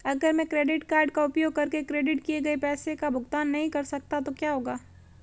अगर मैं credit card का उपयोग करके क्रेडिट किए गए पैसे का भुगतान नहीं कर सकता तो क्या होगा?